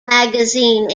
magazine